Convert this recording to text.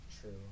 True